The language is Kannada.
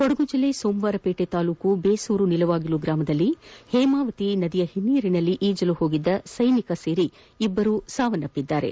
ಕೊಡಗು ಜಿಲ್ಲೆ ಸೋಮವಾರಪೇಟೆ ತಾಲೂಕಿನ ಬೆಸೂರು ನಿಲುವಾಗಿಲು ಗ್ರಾಮದಲ್ಲಿ ಹೇಮಾವತಿ ನದಿಯ ಹಿನ್ನೀರಿನಲ್ಲಿ ಈಜಲು ಹೋದ ಸೈನಿಕ ಸೇರಿ ಇಬ್ಬರು ಸಾವನ್ನಪ್ಪಿದ್ದಾರೆ